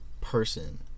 person